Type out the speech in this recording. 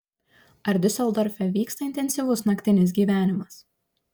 ar diuseldorfe vyksta intensyvus naktinis gyvenimas